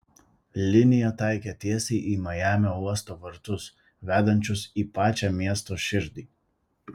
linija taikė tiesiai į majamio uosto vartus vedančius į pačią miesto širdį